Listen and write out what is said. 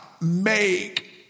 make